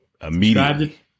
immediately